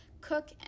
cook